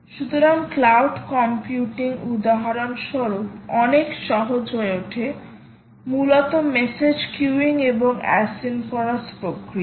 সুতরাং cloud computing উদাহরণস্বরূপ অনেক সহজ হয়ে ওঠে মূলত মেসেজ কুইউং এবং অ্যাসিক্রোনাস প্রকৃতি